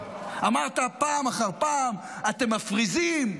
אמרת פעם אחר פעם: אתם מפריזים,